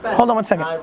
but hold on one second.